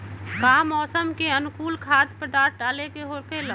का मौसम के अनुकूल खाद्य पदार्थ डाले के होखेला?